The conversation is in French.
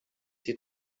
ses